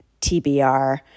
TBR